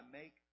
make